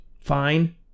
fine